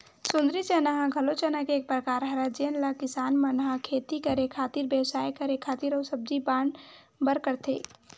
सुंदरी चना ह घलो चना के एक परकार हरय जेन ल किसान मन ह खेती करे खातिर, बेवसाय करे खातिर अउ सब्जी पान बर करथे